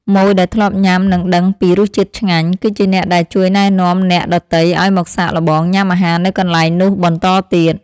ម៉ូយដែលធ្លាប់ញ៉ាំនិងដឹងពីរសជាតិឆ្ងាញ់ គឺជាអ្នកដែលជួយណែនាំអ្នកដទៃឱ្យមកសាកល្បងញ៉ាំអាហារនៅកន្លែងនោះបន្តទៀត។